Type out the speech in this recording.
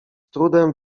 trudem